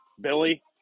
billy